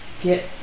get